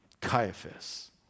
Caiaphas